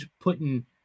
putting